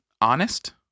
honest